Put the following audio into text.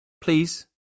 please